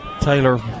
Taylor